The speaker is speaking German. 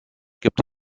gibt